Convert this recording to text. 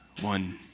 one